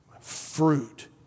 fruit